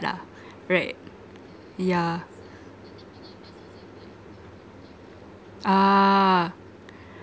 lah right yeah ah